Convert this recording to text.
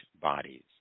bodies